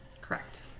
Correct